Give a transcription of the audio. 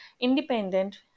independent